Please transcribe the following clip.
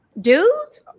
Dudes